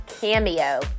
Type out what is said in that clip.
cameo